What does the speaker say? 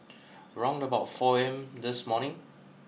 round about four A M this morning